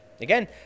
again